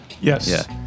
Yes